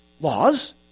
laws